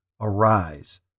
Arise